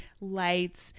lights